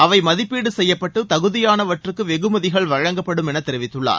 அவை மதிப்பீடு செய்யப்பட்டு தகுதியானவற்றுக்கு வெகுமதிகள் வழங்கப்படும் என்று பிரதமர் தெரிவித்துள்ளார்